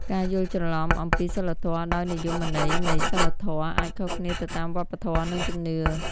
ការយល់ច្រឡំអំពី "សីលធម៌" ដោយនិយមន័យនៃ "សីលធម៌" អាចខុសគ្នាទៅតាមវប្បធម៌ និងជំនឿ។